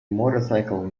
motorcycle